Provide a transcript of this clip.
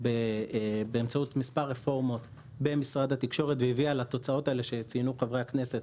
באמצעות מספר רפורמות במשרד התקשורת והביאה לתוצאות שציינו חברי הכנסת.